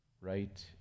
Right